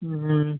ம் ம்